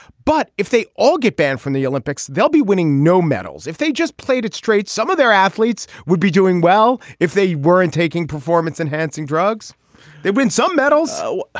but if they all get banned from the olympics they'll be winning no medals if they just played it straight some of their athletes would be doing well if they weren't taking performance enhancing drugs they win some medals so